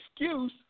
excuse